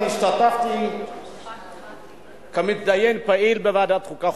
אני השתתפתי בהצעת החוק הזאת כמתדיין פעיל בוועדת החוקה,